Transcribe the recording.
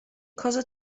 cosa